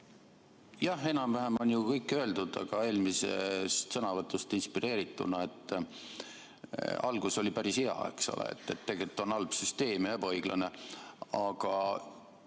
Jah, enam-vähem on ju kõik öeldud, aga eelmisest sõnavõtust inspireerituna: algus oli päris hea, eks ole, tegelikult on halb süsteem ja ebaõiglane, aga